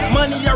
money